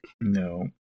No